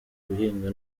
guhinga